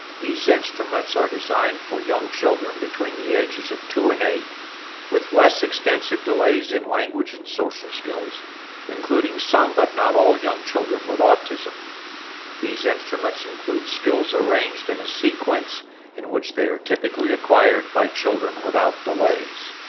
these instruments are designed for young children between the ages of two and eight with less extensive delays in language and social skills including some but not all young children with autism these instruments include skills arranged in a sequence in which they are typically acquired by children without delays